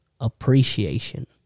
appreciation